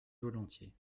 volontiers